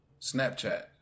Snapchat